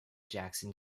jackson